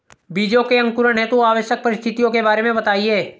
बीजों के अंकुरण हेतु आवश्यक परिस्थितियों के बारे में बताइए